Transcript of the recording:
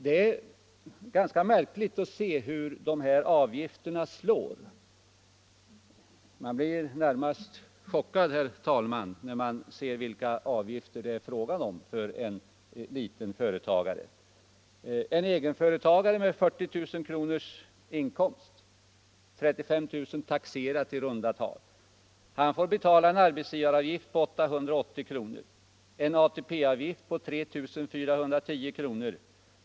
Det är märkligt att se hur de här avgifterna slår. Man blir närmast chockad, herr talman, när man ser vilka avgifter det är fråga om för en liten företagare. En egenföretagare med 40 000 kr. i inkomst, 35 000 kr. i taxerad inkomst i runda tal, får betala en arbetsgivaravgift på 880 kr., en ATP-avgift på 3 410 kr.